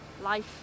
life